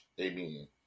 Amen